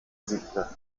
siebte